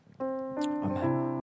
Amen